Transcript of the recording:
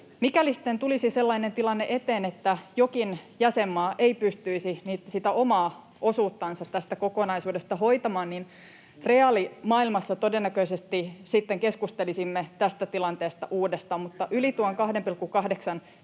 sitten tulisi sellainen tilanne eteen, että jokin jäsenmaa ei pystyisi sitä omaa osuuttansa tästä kokonaisuudesta hoitamaan, niin reaalimaailmassa todennäköisesti sitten keskustelisimme tästä tilanteesta uudestaan. Yli tuon 2,8